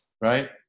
right